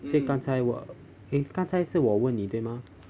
所以刚才 eh 刚才是我问你对吗